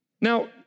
Now